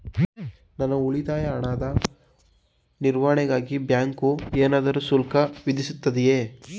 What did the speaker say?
ನನ್ನ ಉಳಿತಾಯ ಹಣದ ನಿರ್ವಹಣೆಗಾಗಿ ಬ್ಯಾಂಕು ಏನಾದರೂ ಶುಲ್ಕ ವಿಧಿಸುತ್ತದೆಯೇ?